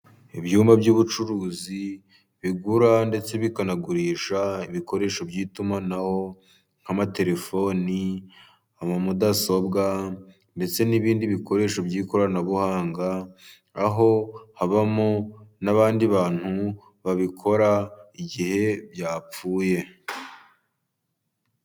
Ibyumba by'ubucuruzi bigura ndetse bikanagurisha ibikoresho by'itumanaho, nk'amatelefoni, amamudasobwa ndetse n'ibindi bikoresho by'ikoranabuhanga. Aho habamo n'abandi bantu babikora igihe byapfuye.